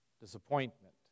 disappointment